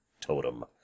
totem